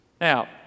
Now